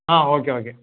ah okay okay